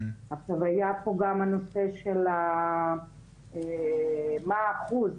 היה פה גם הנושא של מה האחוז.